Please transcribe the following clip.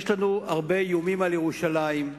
יש לנו הרבה איומים על ירושלים,